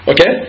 Okay